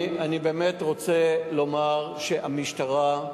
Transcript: באמת רוצה לומר שהמשטרה,